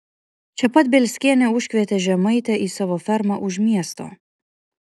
čia pat bielskienė užkvietė žemaitę į savo fermą už miesto